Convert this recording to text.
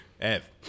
Ev